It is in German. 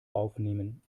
aufnehmen